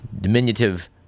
diminutive